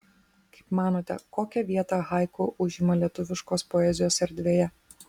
kaip manote kokią vietą haiku užima lietuviškos poezijos erdvėje